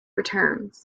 returns